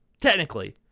Technically